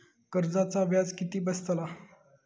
कर्जाचा व्याज किती बसतला?